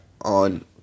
on